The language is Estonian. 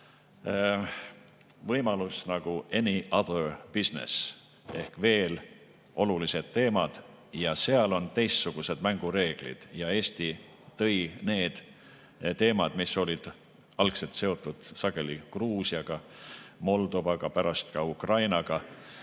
võimalus naguany other businessehk veel mõned olulised teemad. Seal on teistsugused mängureeglid. Eesti tõi need teemad, mis olid algselt seotud sageli Gruusiaga, Moldovaga, pärast ka Ukrainaga.